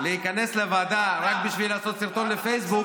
להיכנס לוועדה רק בשביל לעשות סרטון לפייסבוק,